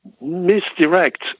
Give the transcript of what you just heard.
misdirect